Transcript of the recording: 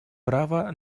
право